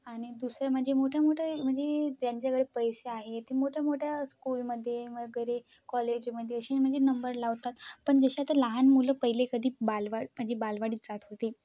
आणि दुसरं म्हणजे मोठ्यामोठ्या म्हणजे त्यांच्याकडे पैसे आहे ते मोठ्या मोठ्या स्कूलमध्ये वगैरे कॉलेजमध्ये असे म्हणजे नंबर लावतात पण जसे आता लहान मुलं पहिले कधी बालवा म्हणजे बालवाडीत जात होते